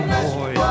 boy